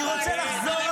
למה הצבעת